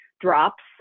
drops